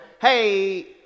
Hey